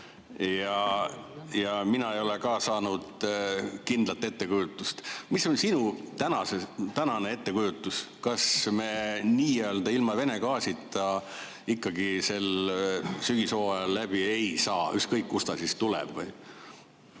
ja mina ei ole ka saanud kindlat ettekujutust. Mis on sinu tänane ettekujutus? Kas me nii‑öelda ilma Vene gaasita sel sügishooajal ikkagi läbi ei saa, ükskõik kust ta siis tuleb?